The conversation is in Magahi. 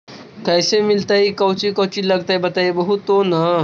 कैसे मिलतय कौची कौची लगतय बतैबहू तो न?